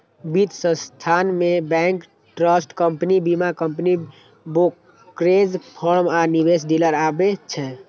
वित्त संस्थान मे बैंक, ट्रस्ट कंपनी, बीमा कंपनी, ब्रोकरेज फर्म आ निवेश डीलर आबै छै